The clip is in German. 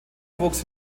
wuchs